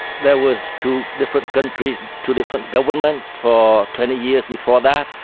there was two different countries, two different governments for twenty years before that.